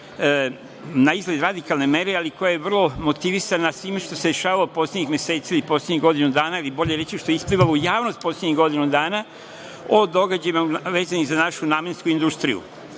na izgled radikalne mere ali koja je vrlo motivisana svime što se dešavalo poslednjih meseci ili poslednjih godinu dana, ili bolje reći što je isplivalo u javnost poslednjih godinu dana o događajima vezanim za našu namensku industriju,